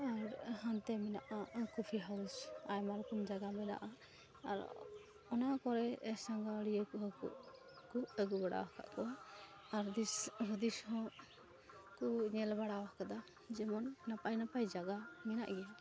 ᱟᱨ ᱦᱟᱱᱛᱮ ᱢᱮᱱᱟᱜᱼᱟ coffee house ᱟᱭᱢᱟ ᱨᱚᱠᱚᱢ ᱡᱟᱭᱜᱟ ᱢᱮᱱᱟᱜᱼᱟ ᱟᱨ ᱚᱱᱟ ᱠᱚᱨᱮ ᱥᱟᱸᱜᱷᱟᱨᱤᱭᱟᱹᱠᱚ ᱦᱚᱸᱠᱚ ᱟᱹᱜᱩᱵᱟᱲᱟᱣ ᱠᱟᱜ ᱠᱚᱣᱟ ᱟᱨ ᱫᱤᱥᱦᱩᱫᱤᱥ ᱦᱚᱸ ᱠᱚ ᱧᱮᱞᱵᱟᱲᱟ ᱟᱠᱟᱫᱟ ᱡᱮᱢᱚᱱ ᱱᱟᱯᱟᱭᱼᱱᱟᱯᱟᱭ ᱡᱟᱜᱟ ᱢᱮᱱᱟᱜ ᱜᱮᱭᱟ